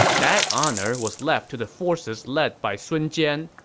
that honor was left to the forces led by sun jian,